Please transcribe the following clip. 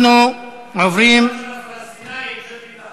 אנחנו עוברים, המזל של הפלסטינים, שיש מתנחלים.